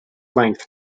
length